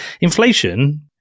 Inflation